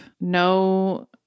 no